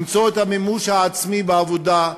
למצוא את המימוש העצמי בעבודה,